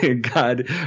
God